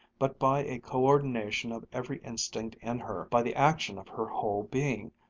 but by a co-ordination of every instinct in her, by the action of her whole being,